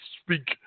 speak